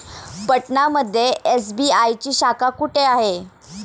पटना मध्ये एस.बी.आय ची शाखा कुठे आहे?